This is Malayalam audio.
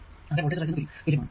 ഇത് ആകെ വോൾടേജ് റൈസ് നു തുല്യമാണ്